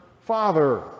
father